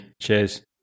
Cheers